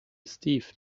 steve